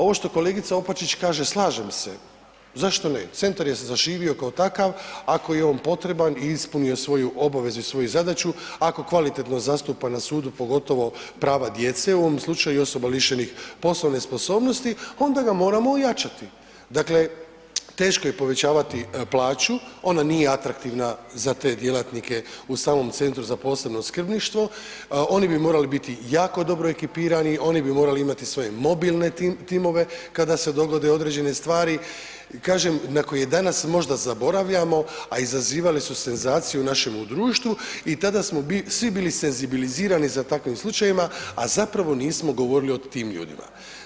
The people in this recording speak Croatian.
Ovo što kolegica Opačić kaže, slažem se, zašto ne, centar je zaživio kao takav, ako je on potreban i ispunio svoju obavezu i svoju zadaću, ako kvalitetno zastupa na sudu pogotovo prava djece u ovom slučaju osoba lišenih poslovne sposobnosti onda ga moramo ojačati, dakle teško je povećavati plaću, ona nije atraktivna za te djelatnike u samom Centru za posebno skrbništvo oni bi morali biti jako dobro ekipirani, oni bi morali imati svoje mobilne timove kada se dogode određene stvari, kažem na koje danas možda zaboravljamo, a izazivale su senzaciju u našem društvu i tada smo svi bili senzibilizirani za takvim slučajevima, a zapravo nismo govorili o tim ljudima.